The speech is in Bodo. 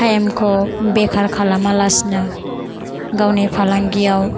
टाइमखौ बेखार खालामा लासिनो गावनि फालांगियाव